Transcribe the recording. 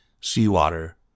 seawater